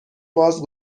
باز